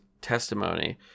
testimony